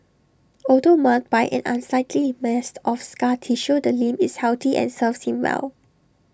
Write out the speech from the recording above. although marred by an unsightly mass of scar tissue the limb is healthy and serves him well